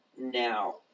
now